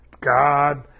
God